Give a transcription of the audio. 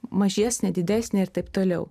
mažesnė didesnė ir taip toliau